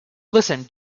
listen